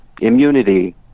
immunity